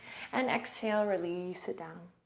and exhale release it down.